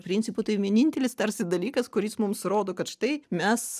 principu tai vienintelis tarsi dalykas kuris mums rodo kad štai mes